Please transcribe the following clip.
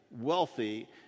wealthy